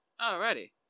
Alrighty